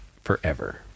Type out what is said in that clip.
forever